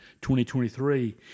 2023